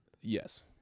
Yes